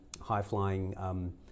high-flying